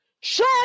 Shut